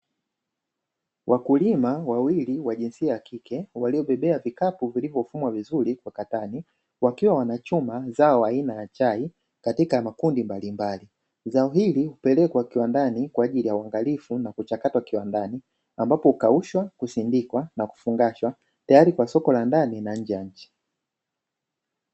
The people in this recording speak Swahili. Wakulima wawili wa jinsia ya kike waliobebea vikapu viilivyofumwa vizuri kwa katani wakiwa wanachuma zao aina ya chai katika makundi mbalimbali. Zao hili hupelekwa kiwandani kwa ajili ya uangalifu na kuchakatwa kiwandani ambapo hukaushwa, husindikwa na kufungasha tayari kwa soko la ndani na nje ya nchi.